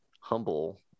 humble